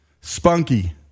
Spunky